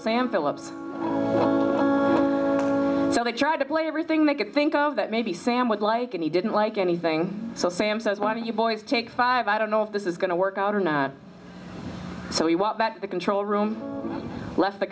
sam phillips so they tried to play everything they could think of that maybe sam would like and he didn't like anything so sam says why don't you boys take five i don't know if this is going to work out or not so he walked back to the control room left the